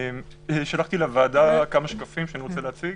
שלחתי לוועדה כמה שקפים שאני רוצה להציג.